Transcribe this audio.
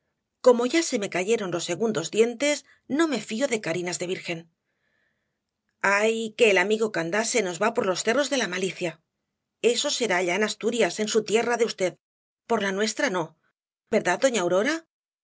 como ya se me cayeron los segundos dientes no me fío de carinas de virgen ay que el amigo candás se nos va por los cerros de la malicia eso sera allá en asturias en su tierra de v por la nuestra no verdad doña aurora